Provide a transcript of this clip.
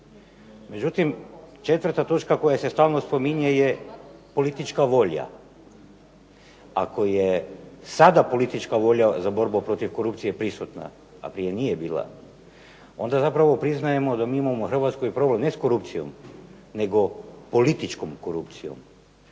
Međutim, četvrta točka koja se stalno spominje je politička volja. Ako je sada politička volja za borbu protiv korupcije prisutna, a prije nije bila onda zapravo priznajemo da mi imamo u Hrvatskoj problem ne s korupcijom nego političkom korupcijom